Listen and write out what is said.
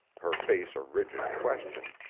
her face a rigid question,